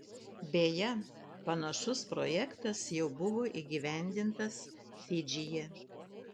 beje panašus projektas jau buvo įgyvendintas fidžyje